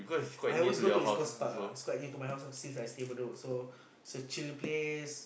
I always go the East-Coast-Park ah it's quite near to my house since I stay Bedok so it's a chill place